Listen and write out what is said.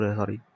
sorry